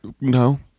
No